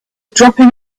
dropping